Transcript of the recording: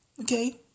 Okay